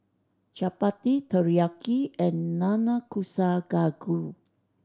Chapati Teriyaki and Nanakusa Gayu